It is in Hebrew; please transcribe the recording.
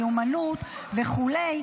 מיומנות וכולי,